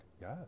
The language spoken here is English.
Yes